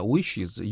Wishes